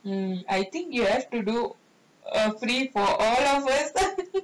mm I think you have to do err free for all of us